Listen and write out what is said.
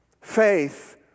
Faith